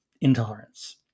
intolerance